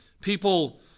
People